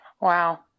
Wow